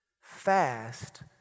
fast